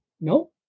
No